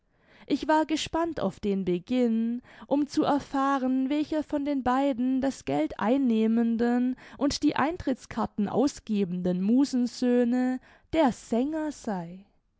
ich war gespannt auf den beginn um zu erfahren welcher von den beiden das geld einnehmenden und die eintrittskarten ausgebenden musensöhnen der sänger sei